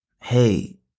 hey